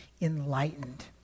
enlightened